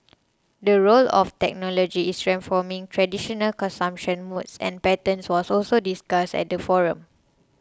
the role of technology is transforming traditional consumption modes and patterns was also discussed at the forum